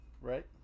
right